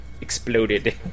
exploded